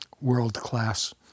world-class